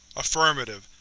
affirmative.